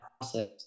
process